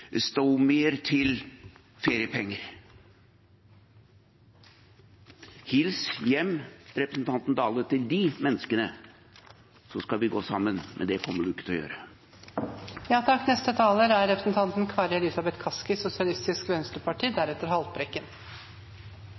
til feriepenger. Til representanten Dale: Hils hjem til de menneskene, så skal vi gå sammen, men det kommer han ikke til å gjøre.